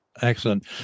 Excellent